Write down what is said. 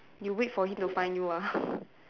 you wait for him to find you ah